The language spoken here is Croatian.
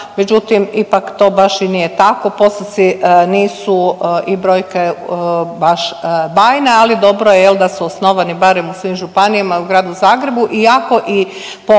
međutim, ipak to baš i nije tako. Postotci nisu i brojke baš bajne ali dobro je jel' da su osnovani barem u svim županijama, u gradu Zagrebu iako i po